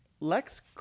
Lex